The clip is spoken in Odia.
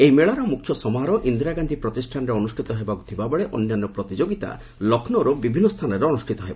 ଏହି ମେଳାର ମୁଖ୍ୟ ସମାରୋହ ଇନ୍ଦରା ଗାନ୍ଧୀ ପ୍ରତିଷ୍ଠାନରେ ଅନୁଷ୍ଠିତ ହେବାକୁ ଥିବା ବେଳେ ଅନ୍ୟାନ୍ୟ ପ୍ରତିଯୋଗିତା ଲକ୍ଷ୍ନୌର ବିଭିନ୍ନ ସ୍ଥାନରେ ଅନୁଷ୍ଠିତ ହେବ